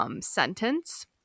sentence